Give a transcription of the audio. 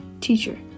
Teacher